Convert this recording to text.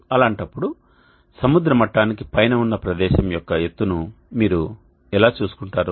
అలాంటప్పుడు సముద్ర మట్టానికి పైన ఉన్న ప్రదేశం యొక్క ఎత్తును మీరు ఎలా చూసుకుంటారు